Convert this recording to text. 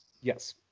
Yes